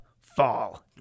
fall